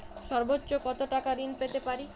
সর্বোচ্চ কত টাকা ঋণ পেতে পারি?